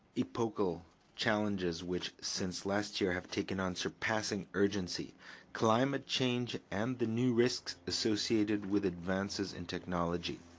epochal challenges which, since last year, have taken on surpassing urgency climate change and the new risks associated with advances in technology.